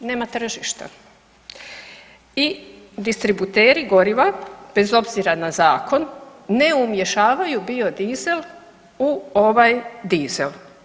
Nema tržišta i distributeri goriva, bez obzira na zakon, ne umješavaju biodizel u ovaj dizel.